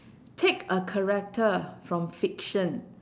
take a character from fiction